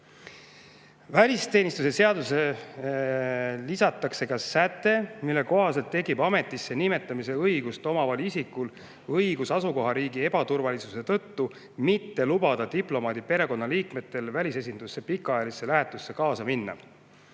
Välisteenistuse seadusesse lisatakse säte, mille kohaselt tekib ametisse nimetamise õigust omaval isikul õigus asukohariigi ebaturvalisuse tõttu mitte lubada diplomaadi perekonnaliikmetel välisesindusse pikaajalisse lähetusse kaasa minna.